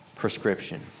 prescription